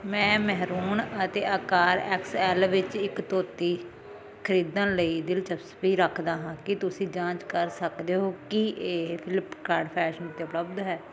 ਮੈਂ ਮੈਰੂਨ ਅਤੇ ਅਕਾਰ ਐਕਸ ਐਲ ਵਿੱਚ ਇੱਕ ਧੋਤੀ ਖਰੀਦਣ ਲਈ ਦਿਲਚਸਪੀ ਰੱਖਦਾ ਹਾਂ ਕੀ ਤੁਸੀਂ ਜਾਂਚ ਕਰ ਸਕਦੇ ਹੋ ਕੀ ਇਹ ਫਲਿੱਪਕਾਰਟ ਫੈਸ਼ਨ ਉੱਤੇ ਉਪਲਬਧ ਹੈ